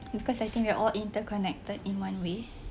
because I think we are all interconnected in one way